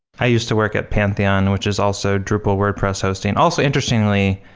i used to work at pantheon, which is also drupal wordpress hosting. also, interestingly,